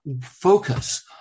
focus